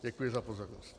Děkuji za pozornost.